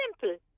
simple